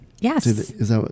Yes